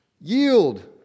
yield